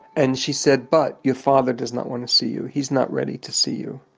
and she said, but your father does not want to see you, he's not ready to see you,